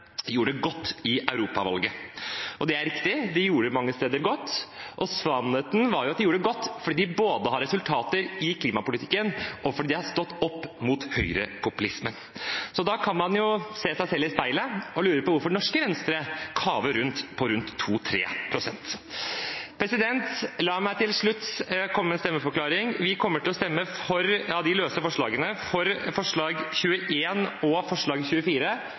gjorde det godt i europavalget. Det er riktig, de gjorde det godt mange steder. Sannheten er at de gjorde det godt både fordi de har resultater i klimapolitikken og fordi de har stått opp mot høyrepopulismen. Da kan man jo se seg selv i speilet og lure på hvorfor norske Venstre kaver rundt på rundt 2–3 pst. La meg til slutt komme med en stemmeforklaring: Vi kommer til å stemme for forslagene nr. 21 og 24. Forslag nr. 24 har blitt moderert, og